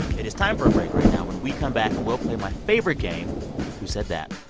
it is time for a break right now. when we come back, we'll play my favorite game who said that.